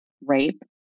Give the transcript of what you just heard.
rape